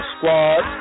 Squad